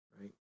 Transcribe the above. right